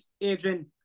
Adrian